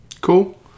Cool